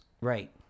Right